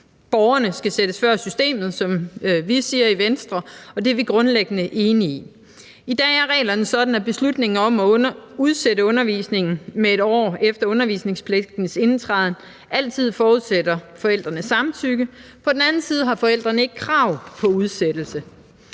Borgerne skal sættes før systemet, som vi siger i Venstre, og det er vi grundlæggende enige i. I dag er reglerne sådan, at beslutningen om at udsætte undervisningen med 1 år efter undervisningspligtens indtræden altid forudsætter forældrenes samtykke, men på den anden side har forældrene ikke krav på udsættelse.